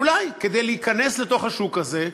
אולי, כדי להיכנס לתוך השוק הזה,